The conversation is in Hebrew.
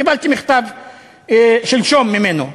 קיבלתי שלשום מכתב ממנו,